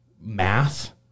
math